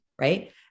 right